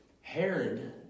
herod